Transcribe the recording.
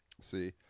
See